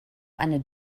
eine